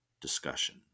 discussion